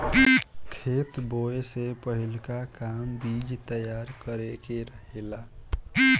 खेत बोए से पहिलका काम बीज तैयार करे के रहेला